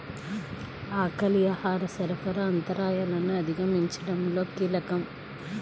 ఆకలి ఆహార సరఫరా అంతరాయాలను అధిగమించడంలో కీలకం